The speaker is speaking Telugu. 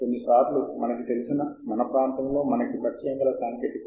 ఈ రెండు పోర్టల్లకు లాగిన్ ప్రాప్యత కలిగి ఉండాలి ఇది చాలా ముఖ్యం